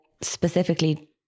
specifically